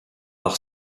par